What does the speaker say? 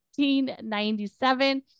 1997